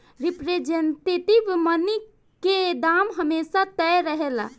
representative money के दाम हमेशा तय रहेला